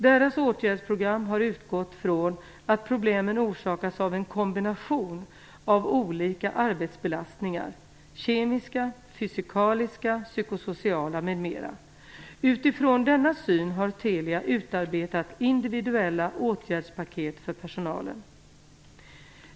Dess åtgärdsprogram har utgått från att problemen orsakas av en kombination av olika arbetsbelastningar - kemiska, fysikaliska, psykosociala m.m. Utifrån denna syn har Telia utarbetat individuella åtgärdspaket för personalen.